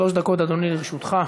שלוש דקות, אדוני, לרשותך.